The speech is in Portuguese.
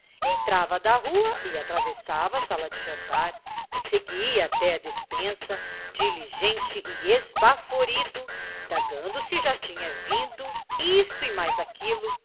entrava da rua e atravessava a sala de jantar seguia até a despensa diligente esbaforido indagando se já tinha vindo isto e mais aquilo